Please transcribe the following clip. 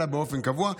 אלא באופן קבוע,